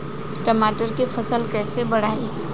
टमाटर के फ़सल कैसे बढ़ाई?